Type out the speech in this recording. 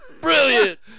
Brilliant